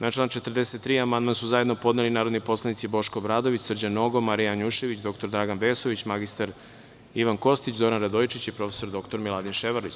Na član 43. amandman su zajedno podneli narodni poslanici Boško Obradović, Srđan Nogo, Marija Janjušević, dr Dragan Vesović, mr Ivan Kostić, Zoran Radojičić i prof. dr Miladin Ševarlić.